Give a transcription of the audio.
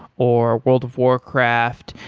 or world of warcraft,